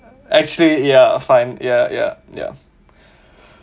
actually ya fine ya ya ya